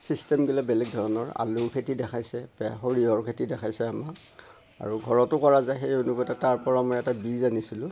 চিচটেমবিলাক বেলেগ ধৰণৰ আলু খেতি দেখুৱাইছে সৰিয়হৰ খেতি দেখাইছে আমাক আৰু ঘৰতো কৰা যায় সেই অনুপাতে তাৰ পৰাও মই এটা বীজ আনিছিলোঁ